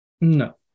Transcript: No